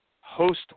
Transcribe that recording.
host